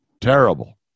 Terrible